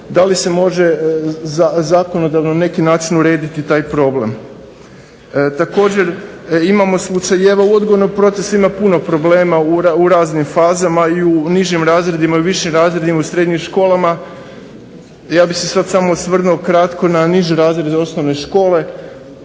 Da li se može zakonodavno na neki način urediti taj problem. Također imamo slučajeva, u odgojnim procesima ima puno problema u raznim fazama i u nižim razredima i višim razredima, u srednjim školama. Ja bih se sad samo osvrnuo kratko na niže razrede osnovne škole.